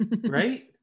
right